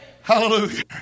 Hallelujah